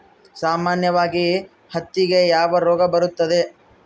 ಸಾಮಾನ್ಯವಾಗಿ ಹತ್ತಿಗೆ ಯಾವ ರೋಗ ಬರುತ್ತದೆ?